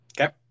Okay